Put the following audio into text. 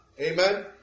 Amen